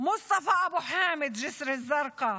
מוסטפה אבו חאמד מג'יסר א-זרקא,